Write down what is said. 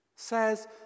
says